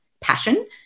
passion